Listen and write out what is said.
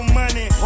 money